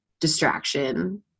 distraction